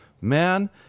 man